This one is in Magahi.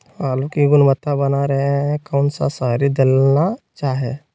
आलू की गुनबता बना रहे रहे कौन सा शहरी दलना चाये?